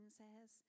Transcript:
says